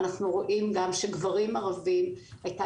אנחנו רואים גם שביחס לגברים ערבים הייתה